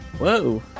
Whoa